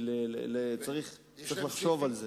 צריך לחשוב על זה.